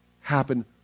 happen